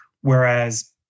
whereas